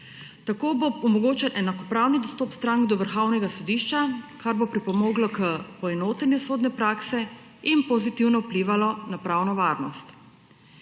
Tako bo omogočen enakopraven dostop strank do Vrhovnega sodišča, kar bo pripomoglo k poenotenju sodne prakse in pozitivno vplivalo na pravno varnost.